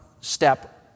step